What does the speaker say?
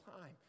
time